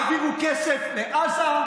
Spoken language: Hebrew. והעבירו כסף לעזה,